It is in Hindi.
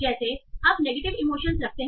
जैसे आप नेगेटिव इमोशंस रखते हैं